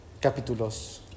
capítulos